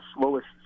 slowest